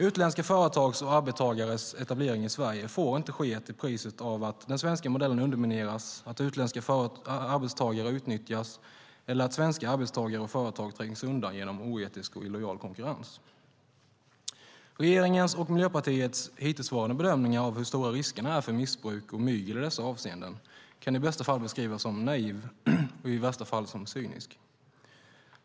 Utländska företags och arbetstagares etablering i Sverige får inte ske till priset av att den svenska modellen undermineras, att utländska arbetstagare utnyttjas eller att svenska arbetstagare och företag trängs undan genom oetisk och illojal konkurrens. Regeringens och Miljöpartiets hittillsvarande bedömning av hur stora riskerna är för missbruk och mygel i dessa avseenden kan i bästa fall beskrivas som naiv och i värsta fall som cynisk.